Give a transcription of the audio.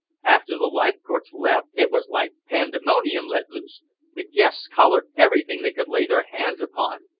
after the leithcourts left it was like pandemonium let loose the guests collared everything they could lay their hands upon!